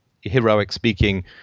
heroic-speaking